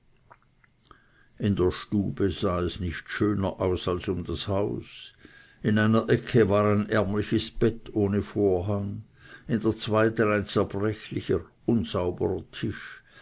in der stube sah es nicht schöner aus als um das haus in einer ecke war ein ärmliches bett ohne vorhang in der zweiten ein zerbrechlicher unsauberer tisch